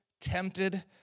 tempted